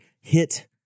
hit